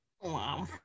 Wow